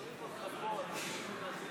יש עוד חבר או חברת כנסת?